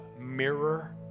mirror